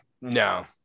no